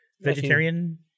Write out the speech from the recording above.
vegetarian